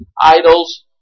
idols